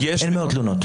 תלונות.